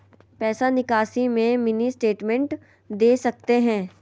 पैसा निकासी में मिनी स्टेटमेंट दे सकते हैं?